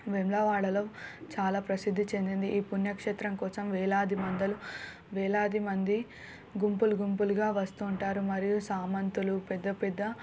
వేములవాడలో చాలా ప్రసిద్ధి చెందింది ఈ పుణ్యక్షేత్రం కోసం వేలాది మందలు వేలాది మంది గుంపులు గుంపులుగా వస్తూ ఉంటారు మరియు సామంతులు పెద్దపెద్ద